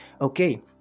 okay